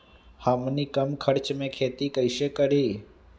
हमनी कम खर्च मे खेती कई से करी?